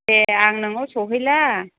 दे आं नोंनाव सहैला